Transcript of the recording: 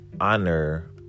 honor